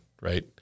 right